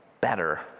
better